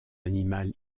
animal